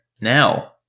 Now